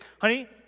honey